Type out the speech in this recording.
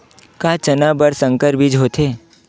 का चना बर संकर बीज होथे?